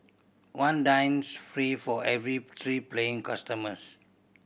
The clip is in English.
one dines free for every three paying customers